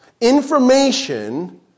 information